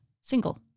single